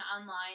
online